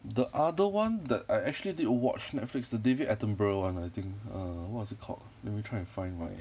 the other one that I actually did watch Netflix the david attenborough I think err what's it called let me try and find my